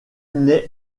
naît